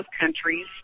countries